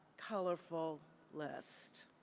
colorful list.